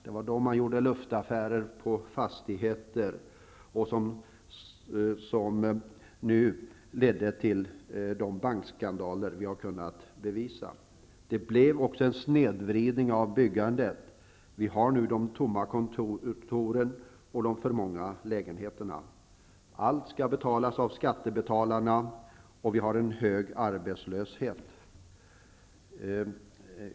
Det var då det gjordes luftaffärer med fastigheter, som nu har lett till bankskandalerna. Det blev en snedvridning i byggandet. Det finns nu tomma kontor och för många lägenheter. Allt skall betalas av skattebetalarna, och dessutom råder en hög arbetslöshet.